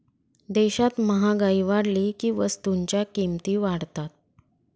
देशात महागाई वाढली की वस्तूंच्या किमती वाढतात